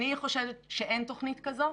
אני חושדת שאין תוכנית כזו,